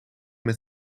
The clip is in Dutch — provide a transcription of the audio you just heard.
met